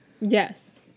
Yes